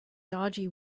dodgy